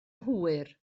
hwyr